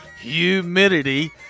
humidity